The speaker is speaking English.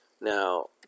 Now